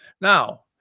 Now